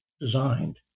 designed